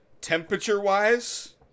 temperature-wise